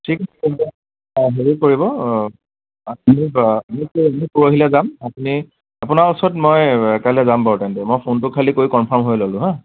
ঠিক আছে তেন্তে হেৰি কৰিব আপুনি মোক আমি পৰহিলৈ যাম আপুনি আপোনাৰ ওচৰত মই কাইলে যাম বাৰু তেন্তে মই ফোনটো খালি কৰি কনফাৰ্ম হৈ ল'লো হাঁ